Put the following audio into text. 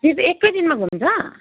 त्यही त एकैछिनमा घुम्छ